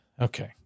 Okay